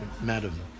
Madam